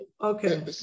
Okay